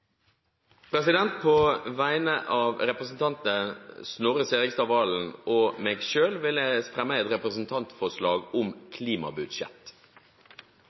På vegne av representanten Snorre Serigstad Valen og meg selv fremmer jeg et representantforslag om et klimabudsjett.